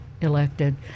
elected